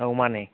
ꯑꯧ ꯃꯥꯅꯦ